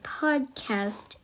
podcast